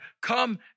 come